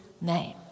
name